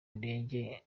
ndege